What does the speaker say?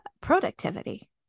productivity